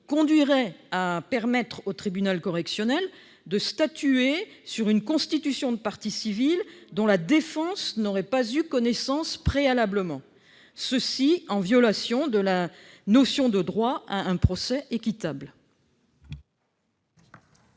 conduirait à permettre au tribunal correctionnel de statuer sur une constitution de partie civile dont la défense n'aurait pas eu préalablement connaissance, et ce en violation de la notion de droit à un procès équitable.